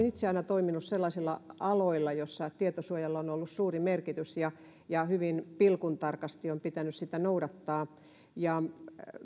itse aina toiminut sellaisilla aloilla joissa tietosuojalla on ollut suuri merkitys ja ja hyvin pilkuntarkasti on pitänyt sitä noudattaa